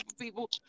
people